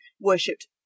worshipped